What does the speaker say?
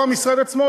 או המשרד עצמו,